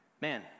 man